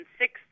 six